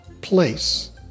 place